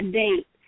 date